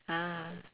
ah